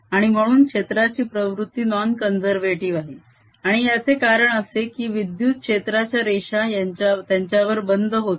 आणि म्हणून क्षेत्राची प्रवृत्ती नॉन कॉन्झेर्वेटीव आहे आणि याचे कारण असे की विद्युत क्षेत्राच्या रेषा त्यांच्यावर बंद होतात